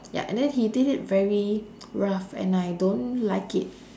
ya and then he did it very rough and I don't like it